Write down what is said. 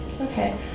Okay